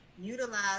utilize